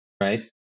Right